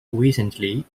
recently